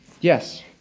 Yes